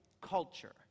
culture